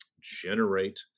generate